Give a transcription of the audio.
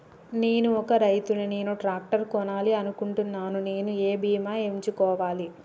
నేను ఒక రైతు ని నేను ట్రాక్టర్ కొనాలి అనుకుంటున్నాను నేను ఏ బీమా ఎంచుకోవాలి?